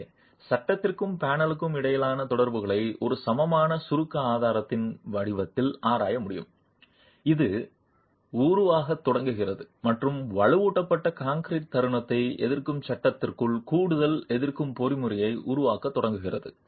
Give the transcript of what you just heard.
எனவே சட்டத்திற்கும் பேனலுக்கும் இடையிலான தொடர்புகளை ஒரு சமமான சுருக்க ஆதாரத்தின் வடிவத்தில் ஆராய முடியும் அது உருவாகத் தொடங்குகிறது மற்றும் வலுவூட்டப்பட்ட கான்கிரீட் தருணத்தை எதிர்க்கும் சட்டகத்திற்குள் கூடுதல் எதிர்க்கும் பொறிமுறையை உருவாக்கத் தொடங்குகிறது